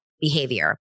behavior